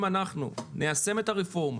אם אנחנו ניישם את הרפורמה,